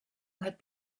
had